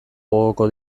gogoko